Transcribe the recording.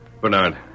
Bernard